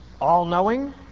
all-knowing